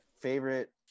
favorite